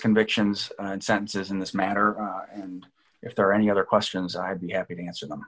convictions and sentences in this matter and if there are any other questions i'd be happy to answer them